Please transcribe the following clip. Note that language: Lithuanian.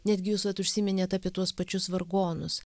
netgi jūs vat užsiminėt apie tuos pačius vargonus